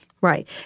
Right